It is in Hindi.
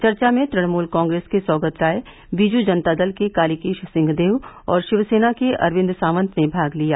चर्चा में तृणमूल कांग्रेस के सौगत राय बीजू जनता दल के कालीकेश सिंहदेव और शिवसेना के अरविंद सावंत ने भाग लिया